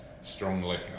strongly